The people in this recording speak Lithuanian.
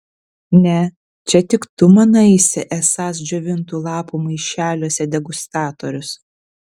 ne čia tik tu manaisi esąs džiovintų lapų maišeliuose degustatorius